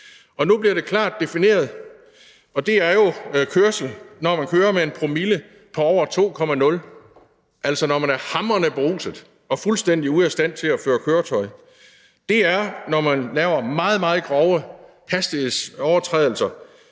Nu bliver det klart defineret. Og det er jo kørsel, når man kører med en promille på over 2,0, altså når man er hamrende beruset og fuldstændig ude af stand til at føre køretøj. Det er, når man laver meget, meget grove hastighedsovertrædelser,